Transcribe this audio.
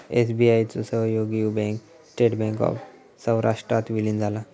SBI चो सहयोगी bank State Bank of सौराष्ट्रात विलीन झाला